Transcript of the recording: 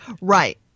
right